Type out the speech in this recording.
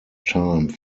time